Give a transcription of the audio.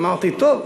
אמרתי: טוב,